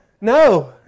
No